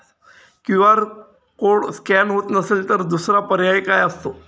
QR code scan होत नसेल तर दुसरा पर्याय काय असतो?